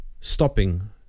stopping